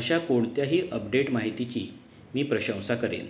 अशा कोणत्याही अपडेट माहितीची मी प्रशंसा करेन